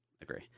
Agree